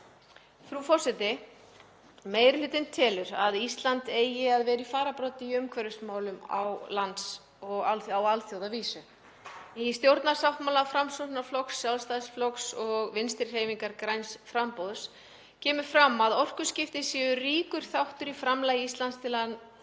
Frú forseti. Meiri hlutinn telur að Ísland eigi að vera í fararbroddi í umhverfismálum á alþjóðavísu. Í stjórnarsáttmála Framsóknarflokks, Sjálfstæðisflokks og Vinstrihreyfingarinnar – græns framboðs kemur fram að orkuskipti séu ríkur þáttur í framlagi Íslands til að